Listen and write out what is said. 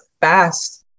fast